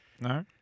No